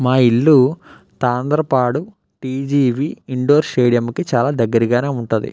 మా ఇల్లు Tandrapadu TGV indoor స్టేడియంకి చాలా దగ్గరగా ఉంటుంది